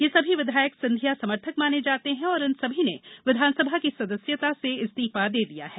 ये सभी विधायक सिंधिया समर्थक माने जाते हैं और इन सभी ने विधानसभा की सदस्यता से इस्तीफा दे दिया है